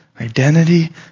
identity